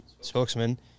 spokesman